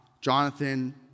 Jonathan